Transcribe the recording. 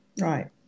Right